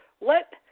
let